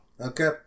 Okay